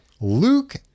Luke